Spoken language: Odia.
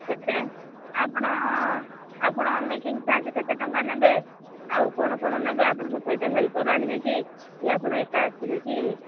କେତେ ଆପଣ ଆପଣ ମେକିଙ୍ଗ୍ ଚାର୍ଜ୍ କେତେ ଟଙ୍କା ନେବେ ଆଉ କ'ଣ କ'ଣ ନେବେ ଆପଣଙ୍କ ସହିତ ହେଲ୍ପର୍ ଆଣିବେ କି କି ଆପଣ ଏକା ଆସିବେ କି